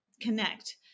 connect